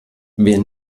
wer